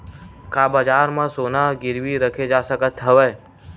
का बजार म सोना गिरवी रखे जा सकत हवय?